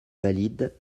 valide